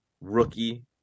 rookie